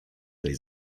tej